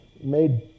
made